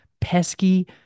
pesky